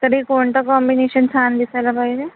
तरी कोणतं कॉम्बिनेशन छान दिसायला पाहिजे